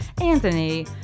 Anthony